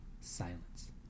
silence